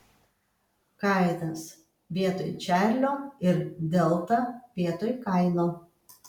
kainas vietoj čarlio ir delta vietoj kaino